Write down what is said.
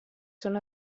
són